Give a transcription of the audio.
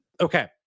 Okay